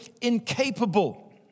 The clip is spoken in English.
incapable